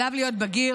עליו להיות בגיר,